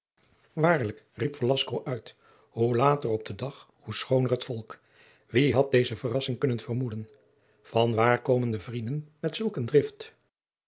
uit hoe later op den dag hoe schooner volk wie had deze verrassing kunnen vermoeden vanwaar komen de vrienden met zulk een drift